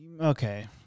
Okay